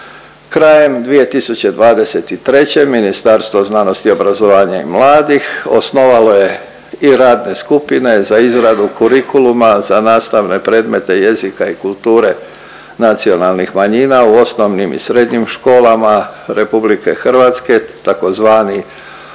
Krajem 2023. Ministarstvo znanosti, obrazovanja i mladih osnovalo je i radne skupine za izradu kurikuluma za nastavne predmete jezika i kulture nacionalnih manjina u osnovnim i srednjim školama RH tzv.